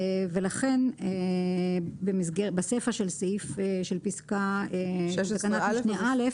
ולכן בסיפא של פסקה 16(א)